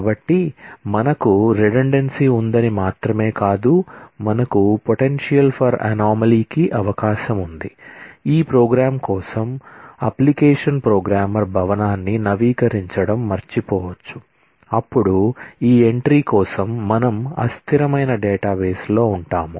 కాబట్టి మనకు రిడెండెన్సీ కోసం మనం అస్థిరమైన డేటాబేస్లో ఉంటాము